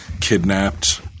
kidnapped